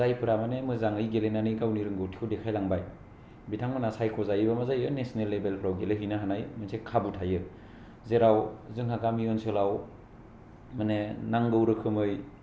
जायफोरा मोजाङै गेलेनानै गावनि रोंगौथिखौ देखाय लांबाय बिथांमोनहा सायखजायोब्ला मा जायो नेसनेल लेबेलफोराव गेलेहैनाय मोनसे खाबु थायो जेराव जोंहा गामि ओनसोलाव माने नांगौ रोखोमै